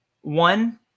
one